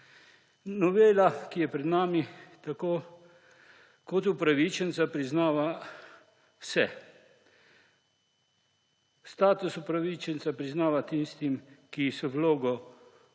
Novela, ki je pred nami, tako kot upravičence priznava vse, status upravičenca priznava tistim, ki so vlogo